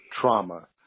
trauma